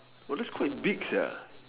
!wow! thats quite big sia